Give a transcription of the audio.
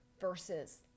versus